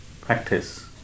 practice